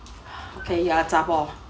okay ya